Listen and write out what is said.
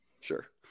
Sure